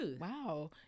wow